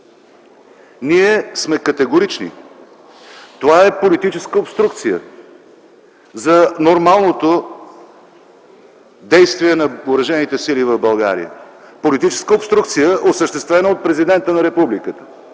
Ние сме категорични. Това е политическа обструкция за нормалното действие на Въоръжените сили в България. Политическа обструкция, осъществена от президента на Републиката.